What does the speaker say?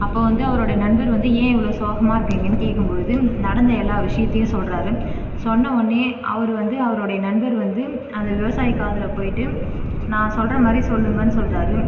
அப்போது வந்து அவரோடய நண்பர் வந்து ஏன் இவ்வளவு சோகமாக இருக்கீங்கனு கேட்கும் பொழுது நடந்த எல்லா விஷயத்தையும் சொல்கிறாரு சொன்ன ஒடன்னயே அவர் வந்து அவரோடய நண்பர் வந்து அந்த விவசாயி காதில் போய்விட்டு நான் சொல்கிற மாதிரி சொல்லுங்கனு சொல்கிறாரு